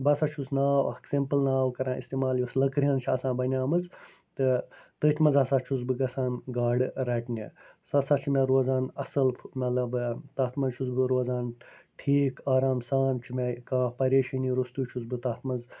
بہٕ ہَسا چھُس ناو اکھ سمپل ناو کَران اِستعمال یوٚس لٔکرٕ ہٕنٛز چھِ آسان بَنیمٕژ تہٕ تٔتھ مَنٛز ہَسا چھُس بہٕ گَژھان گاڈٕ رَٹنہِ سۄ ہَسا چھِ مےٚ روزان اصل مَطلَب تتھ مَنٛز چھُس بہٕ روزان ٹھیٖک آرام سان کانٛہہ پریشٲنی روٚستُے چھُس بہٕ تتھ مَنٛز